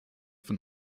von